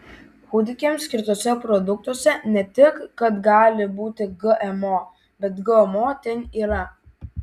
kūdikiams skirtuose produktuose ne tik kad gali būti gmo bet gmo ten yra